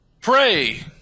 Pray